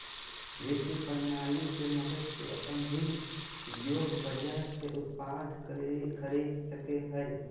वित्त प्रणाली के मदद से अपन ऋण योग्य बाजार से उत्पाद खरीद सकेय हइ